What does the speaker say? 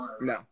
No